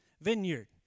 vineyard